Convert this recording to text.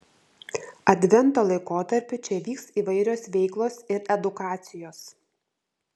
advento laikotarpiu čia vyks įvairios veiklos ir edukacijos